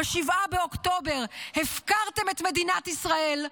ב-7 באוקטובר הפקרתם את מדינת ישראל,